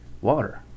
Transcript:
water